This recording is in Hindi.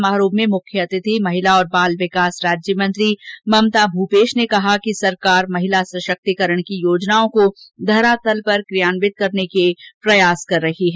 समारोह में मुख्य अतिथि महिला और बाल विकास राज्य मंत्री ममता भूपेष बैरवा ने कहा कि सरकार महिला सषक्तिकरण की योजनाओं को धरातल पर क्रियान्वित करने के लिए प्रयास कर रही है